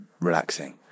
relaxing